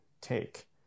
take